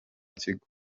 kigo